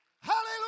Hallelujah